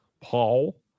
Paul